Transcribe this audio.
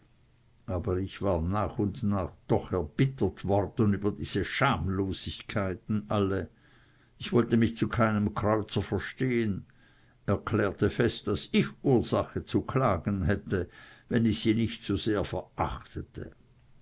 aber ich war nach und nach doch erbittert worden über diese schamlosigkeiten alle ich wollte mich zu keinem kreuzer verstehen erklärte fest daß ich ursache zu klagen hätte wenn ich sie nicht zu sehr verachtete